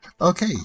Okay